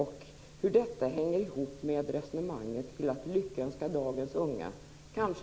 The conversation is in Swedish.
Hur hänger detta ihop med resonemanget kring att lyckönska dagens unga?